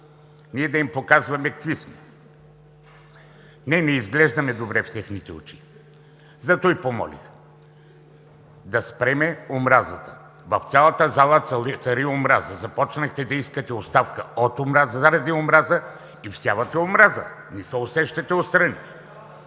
ние да им показваме какви сме. (Реплика.) Не, не изглеждаме добре в техните очи. Затова помолих да спрем омразата. В цялата зала цари омраза. Започнахте да искате оставка от омраза заради омраза и всявате омраза. Не се усещате отстрани.